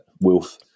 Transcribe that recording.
Wolf